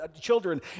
children